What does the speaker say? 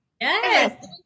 Yes